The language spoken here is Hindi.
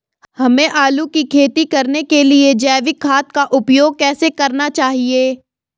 हमें आलू की खेती करने के लिए जैविक खाद का उपयोग कैसे करना चाहिए?